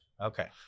Okay